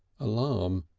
alarm,